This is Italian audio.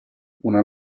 una